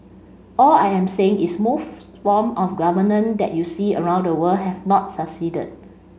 all I am saying is most form of governance that you see around the world have not succeeded